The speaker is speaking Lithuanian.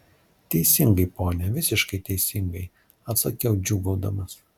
teisingai pone visiškai teisingai atsakiau džiūgaudamas